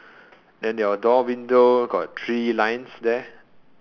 then your door window got three lines there